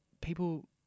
people